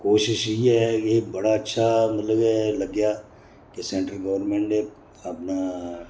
कोशिश इ'यै ऐ कि बड़ा अच्छा मतलब के लग्गेआ के सेंटर गौरमैंट ने अपना